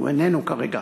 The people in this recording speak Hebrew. הוא איננו כרגע,